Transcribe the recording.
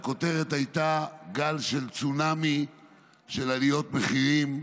הכותרת הייתה: גל צונאמי של עליות מחירים.